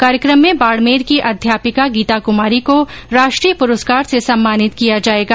कार्यक्रम में बाड़मेर की अध्यापिका गीता कुमारी को राष्ट्रीय पुरस्कार से सम्मानित किया जायेगा